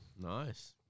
Nice